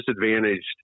disadvantaged